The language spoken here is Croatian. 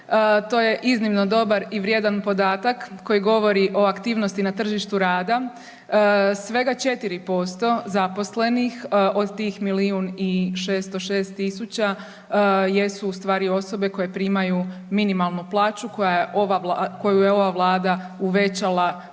To je iznimno dobar i vrijedan podatak koji govori o aktivnosti na tržištu rada. Svega 4% zaposlenih od tih milijun i 606 tisuća jesu u stvari osobe koje primaju minimalnu plaću koja, koju je ova Vlada uvećala u